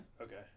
Okay